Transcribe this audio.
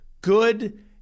good